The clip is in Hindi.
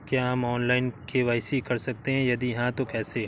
क्या हम ऑनलाइन के.वाई.सी कर सकते हैं यदि हाँ तो कैसे?